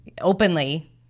openly